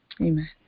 Amen